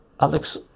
Alex